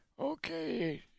Okay